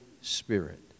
Spirit